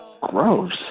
Gross